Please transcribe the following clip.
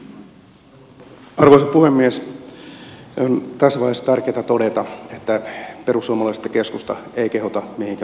on tässä vaiheessa on tärkeätä todeta että perussuomalaiset ja keskusta eivät kehota mihinkään laittomuuksiin